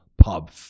pub